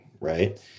right